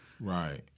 Right